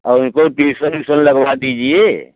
और उनको ट्यूसन ऊसन लगवा दीजिए